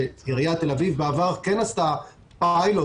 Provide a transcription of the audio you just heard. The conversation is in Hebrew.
שעיריית תל אביב בעבר כן עשתה פיילוט